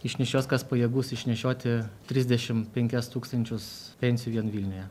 išnešios kas pajėgus išnešioti trisdešimt penkis tūkstančius pensijų vien vilniuje